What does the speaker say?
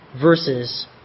versus